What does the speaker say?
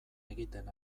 egiten